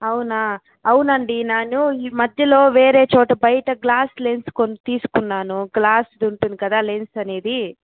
అవునా అవునండీ నేను ఈ మధ్యలో వేరే చోట బయట గ్లాసులు వేయించుకుని తీసుకున్నాను గ్లాస్ది ఉంటుంది కదా లెన్స్ అనేది